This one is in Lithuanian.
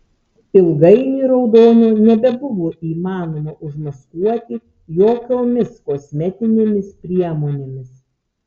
ilgainiui raudonio nebebuvo įmanoma užmaskuoti jokiomis kosmetinėmis priemonėmis